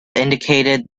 indicated